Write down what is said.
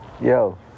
yo